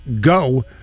go